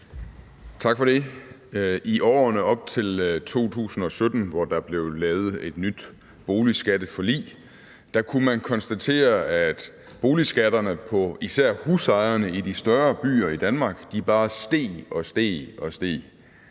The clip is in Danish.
Tak for det. I årene op til 2017, hvor der blev lavet et nyt boligskatteforlig, kunne man konstatere, at boligskatterne for især husejerne i de større byer i Danmark bare steg og steg for hvert